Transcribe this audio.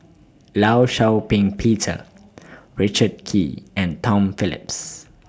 law Shau Ping Peter Richard Kee and Tom Phillips